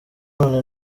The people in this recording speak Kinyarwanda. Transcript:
none